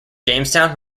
jamestown